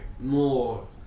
more